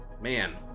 man